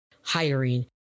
hiring